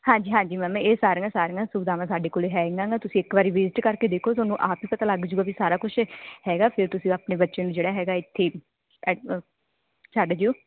ਹਾਂਜੀ ਹਾਂਜੀ ਮੈਮ ਇਹ ਸਾਰੀਆਂ ਸਾਰੀਆਂ ਸੁਵਿਧਾਵਾਂ ਸਾਡੇ ਕੋਲ ਹੈਗੀਆਂ ਨਾ ਤੁਸੀਂ ਇੱਕ ਵਾਰੀ ਵਿਜਿਟ ਕਰਕੇ ਦੇਖੋ ਤੁਹਾਨੂੰ ਆਪ ਹੀ ਪਤਾ ਲੱਗ ਜਾਊਗਾ ਵੀ ਸਾਰਾ ਕੁਛ ਹੈਗਾ ਫਿਰ ਤੁਸੀਂ ਆਪਣੇ ਬੱਚੇ ਨੂੰ ਜਿਹੜਾ ਹੈਗਾ ਇੱਥੇ ਐਡ ਅ ਛੱਡ ਜਿਓ